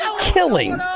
killing